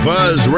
Buzz